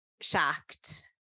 shocked